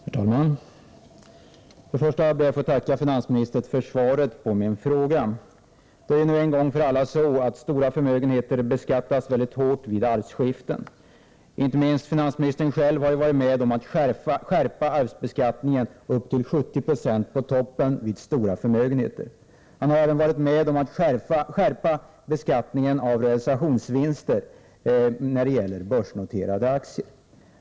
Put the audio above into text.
Herr talman! Först ber jag att få tacka finansministern för svaret på min fråga. Det är nu en gång för alla så att stora förmögenheter beskattas mycket hårt vid arvsskiften. Inte minst finansministern själv har varit med om att skärpa arvsbeskattningen upp till 70 96 på toppen vid stora förmögenheter. Han har även varit med om att skärpa beskattningen av realisationsvinster när det gäller börsnoterade aktier.